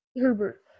Herbert